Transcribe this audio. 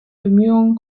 bemühungen